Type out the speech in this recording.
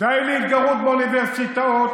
די להתגרות באוניברסיטאות.